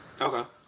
Okay